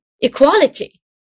equality